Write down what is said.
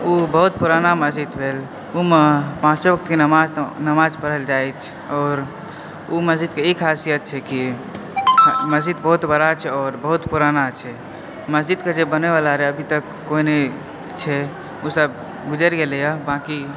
ओ बहुत पुराना मस्जिद भेल ओहिमे पाँचो वक्त के नमाज पढ़ल जाइ छै और ओ मस्जिद के ई खासियत छै की मस्जिद बहुत बड़ा छै और बहुत पुराना छै मस्जिद के जे बनाबै वला रहै अभीतक कोइ नहि छै ओ सब गुजैरि गेलै बाँकि